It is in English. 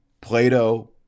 Plato